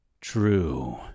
True